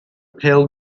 pale